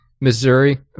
Missouri